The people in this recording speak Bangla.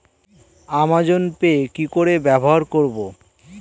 অ্যামাজন পে কি করে ব্যবহার করব?